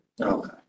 Okay